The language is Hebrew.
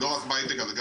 לא רק בהייטק אבל גם